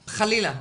חלילה,